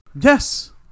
yes